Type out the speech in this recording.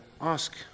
ask